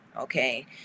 Okay